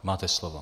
Máte slovo.